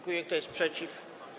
Kto jest przeciw?